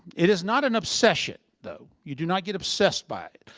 it is not an obsession though. you do not get obsessed by it.